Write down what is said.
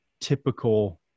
typical